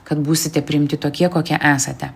kad būsite priimti tokie kokie esate